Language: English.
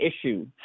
issue